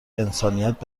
انسانیت